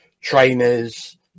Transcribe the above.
trainers